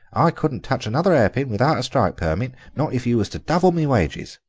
i couldn't touch another hair-pin without a strike permit, not if you was to double my wages.